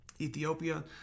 Ethiopia